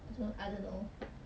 I don't I don't know